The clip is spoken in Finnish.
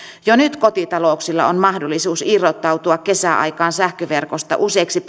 jo nyt kotitalouksilla on mahdollisuus irrottautua kesäaikaan sähköverkosta useiksi